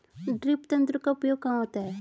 Drip तंत्र का उपयोग कहाँ होता है?